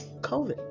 COVID